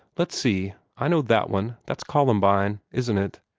let's see i know that one that's columbine, isn't it?